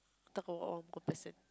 talk about one more person